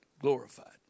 glorified